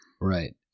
Right